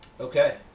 Okay